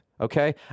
Okay